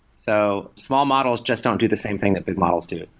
so small models just don't do the same thing that big models do,